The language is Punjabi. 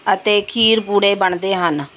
ਅਤੇ ਖੀਰ ਪੂੜੇ ਬਣਦੇ ਹਨ